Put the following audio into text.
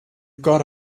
got